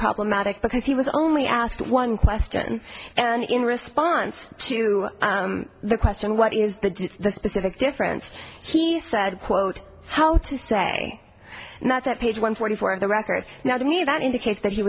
problematic because he was only asked one question and in response to the question what is the specific difference he said quote how to say not at page one forty four of the record now to me that indicates that he